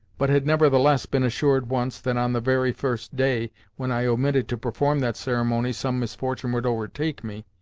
but had nevertheless been assured once that on the very first day when i omitted to perform that ceremony some misfortune would overtake me,